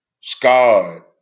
scarred